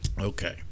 Okay